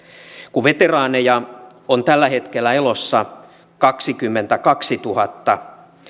kun veteraaneja on tällä hetkellä elossa kaksikymmentäkaksituhatta